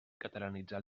catalanitzar